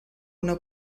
una